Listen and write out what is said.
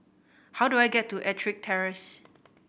how do I get to Ettrick Terrace